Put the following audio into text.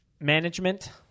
Management